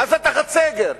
עזה תחת סגר,